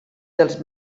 dels